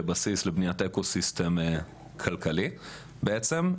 כבסיס לבניית האקו סיסטם כלכלי בעצם,